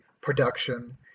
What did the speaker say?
production